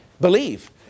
believe